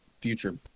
future